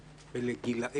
גם מבחינת הגיל,